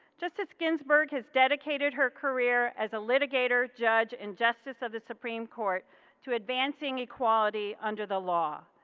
justice ginsburg has dedicated her career as a litigator judge and justice of the supreme court to advancing equality under the law.